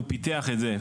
הוא פיתח את זה,